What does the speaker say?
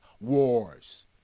wars